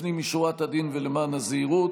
לפנים משורת הדין ולמען הזהירות,